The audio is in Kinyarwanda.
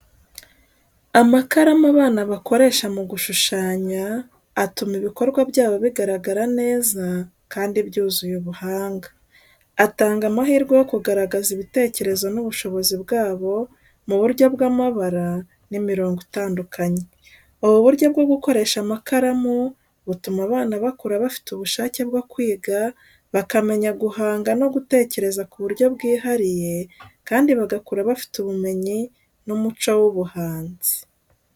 Amakaramu abana bakoresha mu gushushanya atuma ibikorwa byabo bigaragara neza kandi byuzuye ubuhanga. Atanga amahirwe yo kugaragaza ibitekerezo n'ubushobozi bwabo mu buryo bw’amabara n’imirongo itandukanye. Ubu buryo bwo gukoresha amakaramu butuma abana bakura bafite ubushake bwo kwiga, bakamenya guhanga no gutekereza ku buryo bwihariye, kandi bagakura bafite ubumenyi n’umuco w’ubuhanzi.